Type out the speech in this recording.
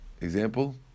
example